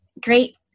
great